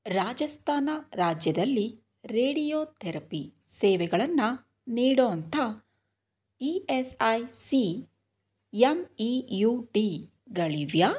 ರಾಜಸ್ಥಾನ ರಾಜ್ಯದಲ್ಲಿ radio therapy ಸೇವೆಗಳನ್ನು ನೀಡುವಂಥ E S I C M E U ಡಿಗಳಿವೆಯಾ